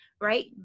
right